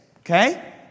Okay